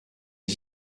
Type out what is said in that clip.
les